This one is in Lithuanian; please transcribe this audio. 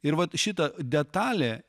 ir va šita detalė